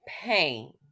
pain